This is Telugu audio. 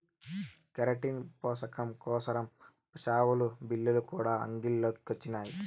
కెరటిన్ పోసకం కోసరం షావులు, బిల్లులు కూడా అంగిల్లో కొచ్చినాయి